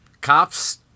cops